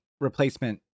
replacement